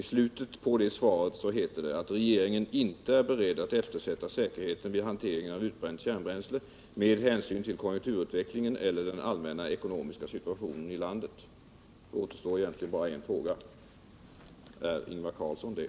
I slutet av svaret heter det: ”Regeringen är inte beredd att eftersätta säkerheten vid hanteringen av utbränt kärnbränsle med hänsyn till konjunkturutvecklingen eller den allmänna ekonomiska situationen i landet.” Då återstår egentligen bara en fråga: Är Ingvar Carlsson det?